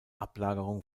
ablagerung